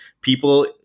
people